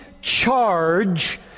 charge